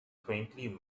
faintly